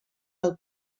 del